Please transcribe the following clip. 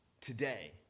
today